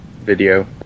video